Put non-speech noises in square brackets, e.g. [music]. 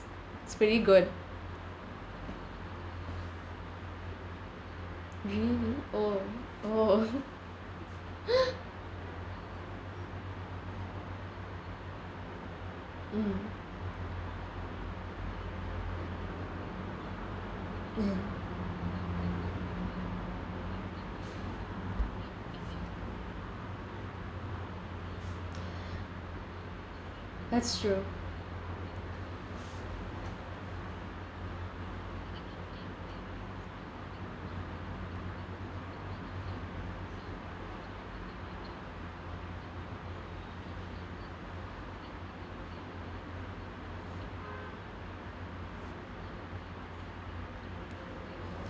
it's pretty good really oh oh [laughs] mm [noise] that's true